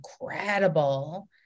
incredible